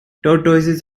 tortoises